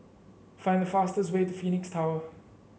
find the fastest way to Phoenix Tower